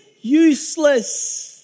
useless